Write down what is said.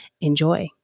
Enjoy